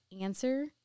answer